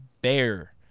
Bear